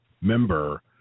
member